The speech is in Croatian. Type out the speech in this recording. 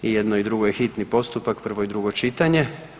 I jedno i drugo je hitni postupak, prvo i drugo čitanje.